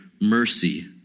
mercy